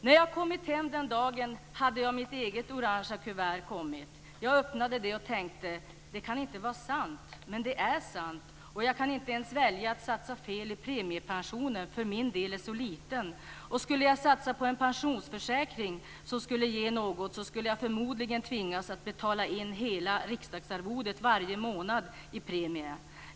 När jag kommit hem den dagen hade mitt eget oranga kuvert kommit. Jag öppnade det och tänkte: Det kan inte vara sant. Men det är sant. Och jag kan inte ens välja att satsa fel i premiepensionen för min del är så liten. Och skulle jag satsa på en pensionsförsäkring som skulle ge något, skulle jag förmodligen tvingas att betala in hela riksdagsarvodet varje månad i premie.